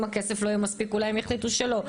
אם הכסף לא יהיה מספיק אולי הם יחליטו שלא.